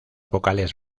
vocales